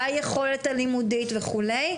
ביכולת הלימודית וכו',